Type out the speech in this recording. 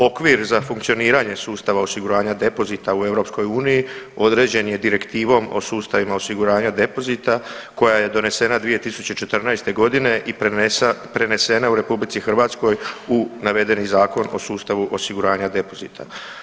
Okvir za funkcioniranje sustava osiguranja depozita u EU određen je Direktivom o sustavima osiguranja depozita koja je donesena 2014. godine i prenesene u RH u navedeni Zakon o sustavu osiguranja depozita.